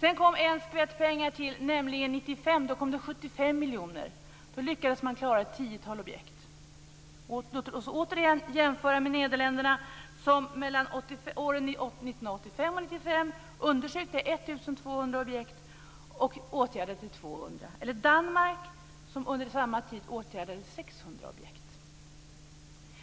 Sedan kom en skvätt pengar till, nämligen 1995. Då kom det 75 miljoner. Då lyckades man klara ett tiotal objekt. Låt oss återigen jämföra med Nederländerna, som mellan åren